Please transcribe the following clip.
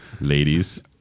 Ladies